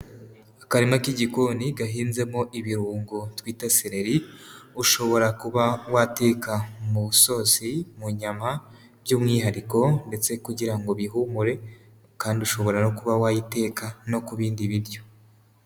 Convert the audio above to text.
Akarima k'igikoni gahinzemo ibirungo twita seleri ushobora kuba wateka mu isosi, mu nyama by'umwihariko ndetse kugira ngo bihumure, kandi ushobora no kuba wayiteka no ku bindi biryo.